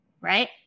Right